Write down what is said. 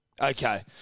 Okay